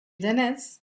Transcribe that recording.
denez